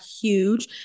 huge